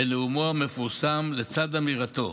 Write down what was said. בנאומו המפורסם, לצד אמירתו: